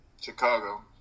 Chicago